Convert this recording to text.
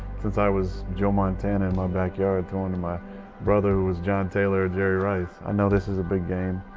since i was joe montana in my backyard throwing to my brother who was john taylor or jerry rice. i know this is a big game,